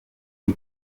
ndi